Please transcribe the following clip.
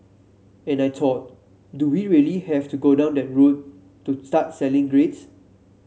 and I thought do we really have to go down that route to start selling grades